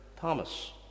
Thomas